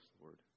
Lord